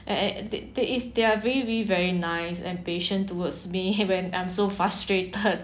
and and they is they are really very nice and patient towards me when I'm so frustrated